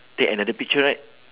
take another picture right